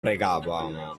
pregavamo